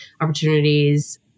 opportunities